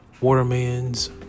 Waterman's